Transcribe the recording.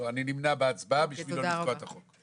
אני נמנע בהצבעה בשביל לא לתקוע את החוק.